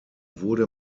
wurde